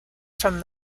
from